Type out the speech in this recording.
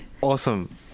Awesome